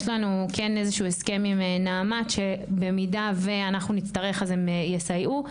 יש לנו איזשהו הסכם עם נעמת שבמידה ואנחנו נצטרך אז הם יסייעו.